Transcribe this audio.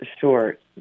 short